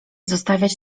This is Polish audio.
zostawiać